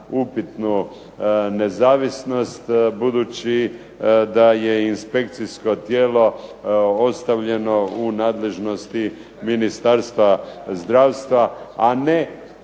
upitnu nezavisnost, budući da je inspekcijsko tijelo ostavljeno u nadležnosti Ministarstva zdravstva, a ne